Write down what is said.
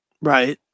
Right